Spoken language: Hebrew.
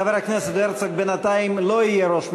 חבר הכנסת הרצוג בינתיים לא יהיה ראש ממשלה.